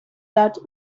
that